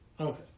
Okay